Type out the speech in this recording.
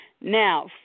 Now